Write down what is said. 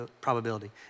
probability